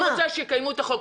אני רוצה שיקיימו את החוק.